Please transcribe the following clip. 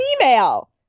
email